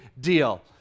deal